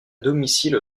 domicile